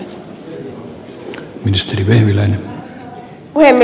arvoisa puhemies